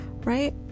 Right